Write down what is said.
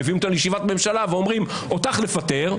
מביאים אותם לישיבת ממשלה ואומרים: אותך לפטר,